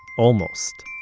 almost.